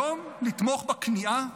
היום לתמוך בכניעה?